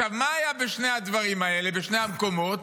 עכשיו, מה היה בשני הדברים האלה, בשני המקומות?